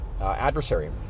adversary